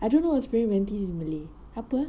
I don't know what's praying mantis in malay apa ah